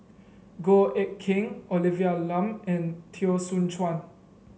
Goh Eck Kheng Olivia Lum and Teo Soon Chuan